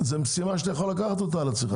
זאת משימה שאתה יכול לקחת על עצמך,